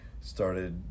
started